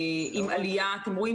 האם זה אך ורק מערכת החינוך?